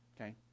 okay